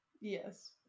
Yes